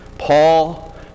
Paul